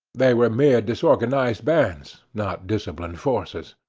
they were mere disorganized bands, not disciplined forces.